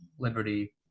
liberty